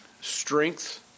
strength